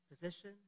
position